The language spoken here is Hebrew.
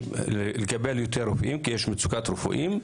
לקבל יותר רופאים כי יש מצוקת רופאים,